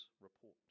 report